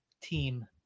team